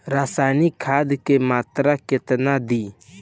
रसायनिक खाद के मात्रा केतना दी?